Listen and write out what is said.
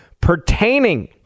pertaining